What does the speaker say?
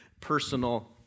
personal